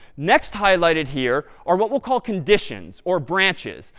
next highlighted here are what we'll call conditions or branches.